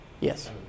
yes